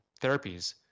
therapies